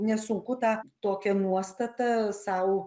nesunku tą tokią nuostatą sau